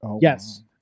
Yes